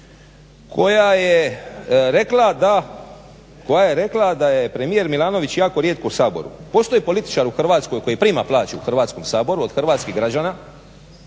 koja je rekla da je premijer Milanović jako rijetko u Saboru. Postoji li političar u Hrvatskoj koji prima plaću u Hrvatskom saboru od hrvatskih građana